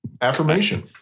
Affirmation